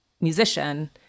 musician